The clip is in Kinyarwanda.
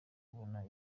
kubona